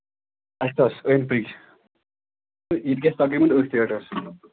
أندۍ پٔکۍ تہٕ یہِ تہِ گژھِ تقریٖباً أتھۍ ریٹَس